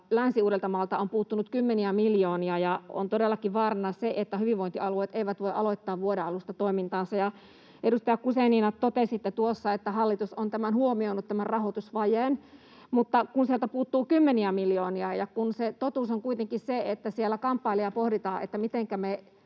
Länsi-Uudeltamaalta on puuttunut kymmeniä miljoonia, ja on todellakin vaarana se, että hyvinvointialueet eivät voi aloittaa vuoden alusta toimintaansa. Edustaja Guzenina, totesitte tuossa, että hallitus on tämän rahoitusvajeen huomioinut — mutta sieltä puuttuu kymmeniä miljoonia ja totuus on kuitenkin se, että siellä kamppaillaan ja pohditaan, että mitenkä me